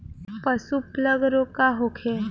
पशु प्लग रोग का होखे?